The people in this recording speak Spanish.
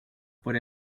por